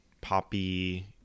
poppy